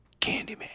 Candyman